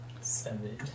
Seven